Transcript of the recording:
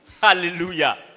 Hallelujah